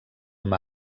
amb